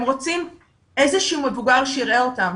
הם רוצים איזה שהוא מבוגר שיראה אותם.